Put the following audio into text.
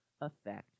effect